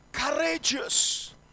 Courageous